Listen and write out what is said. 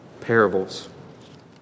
parables